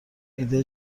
ایده